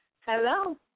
Hello